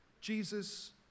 Jesus